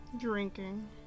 Drinking